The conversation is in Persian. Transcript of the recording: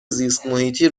زیستمحیطی